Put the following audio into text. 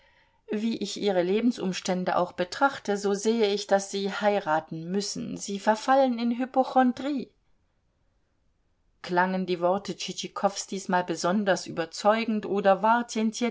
wie ich ihre lebensumstände auch betrachte so sehe ich daß sie heiraten müssen sie verfallen in hypochondrie klangen die worte tschitschikows diesmal besonders überzeugend oder war